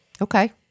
Okay